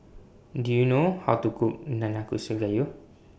Do YOU know How to Cook Nanakusa Gayu